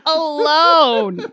alone